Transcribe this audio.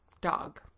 Dog